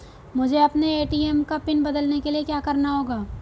मुझे अपने ए.टी.एम का पिन बदलने के लिए क्या करना होगा?